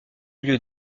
lieu